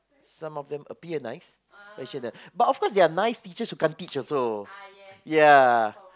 some of them appear nice but there are nice teacher who cant teach also